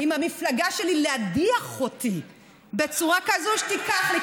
עם המפלגה שלי להדיח אותי בצורה כזאת שתיקח לי,